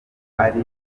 ari